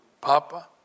Papa